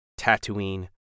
Tatooine